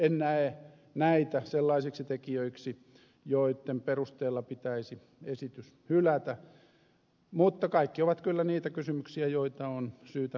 en näe näitä sellaisiksi tekijöiksi joitten perusteella pitäisi esitys hylätä mutta kaikki ovat kyllä niitä kysymyksiä joita on syytä tarkkaan seurata